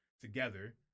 together